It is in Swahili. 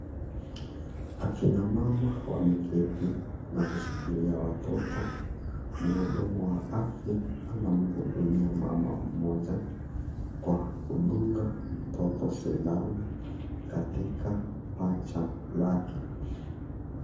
Akina mama wameketi na kushikilia watoto. Mhudumu wa afya anamhudumia mama mmoja kwa kudunga mtoto sindano katika paja lake.